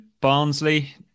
Barnsley